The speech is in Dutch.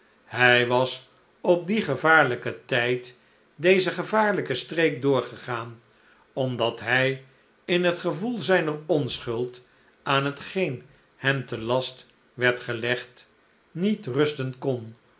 hij was op dien gevaarlijken tijd deze gevaarlijke streek doorgegaan omdat hij in het gevoel zijner onschuld aan hetgeen hem te last werd gelegd niet rusten kon